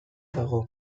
dago